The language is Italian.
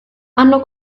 hanno